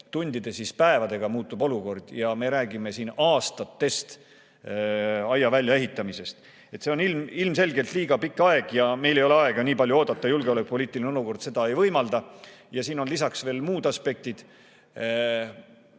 tundide, siis päevadega olukord muutub. Aga meie räägime siin aastatest aia väljaehitamiseks! See on ilmselgelt liiga pikk aeg. Meil ei ole aega nii palju oodata, julgeolekupoliitiline olukord seda ei võimalda. Siin on lisaks veel muud aspektid.